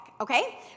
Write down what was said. Okay